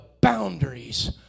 boundaries